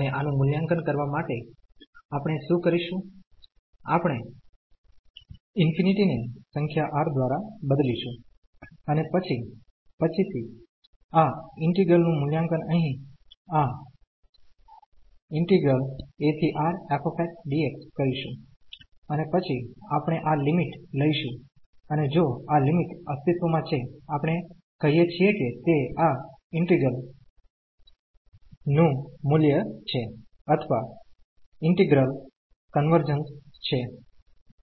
અને આનું મૂલ્યાંકન કરવા માટે આપણે શું કરીશું આપણે ∞ ને આ સંખ્યા R દ્વારા બદલીશું અને પછી પછીથી આ ઈન્ટિગ્રલ નું મૂલ્યાંકન અહીં આ aRfxdx કરીશું અને પછી આપણે આ લિમિટ લઈશું અને જો આ લિમિટ અસ્તિત્વમાં છે આપણે કહીએ છીએ કે તે આ ઈન્ટિગ્રલ નું મુલ્ય છે અથવા ઈન્ટિગ્રલ કન્વર્જન્સ છે